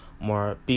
more